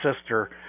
sister